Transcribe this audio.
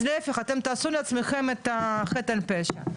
אז להיפך אתם תעשו לעצמכם את חטא על פשע.